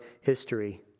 history